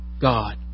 God